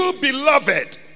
beloved